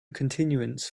continuance